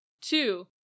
Two